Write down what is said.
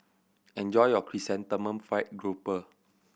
enjoy your Chrysanthemum Fried Grouper